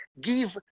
give